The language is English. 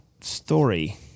story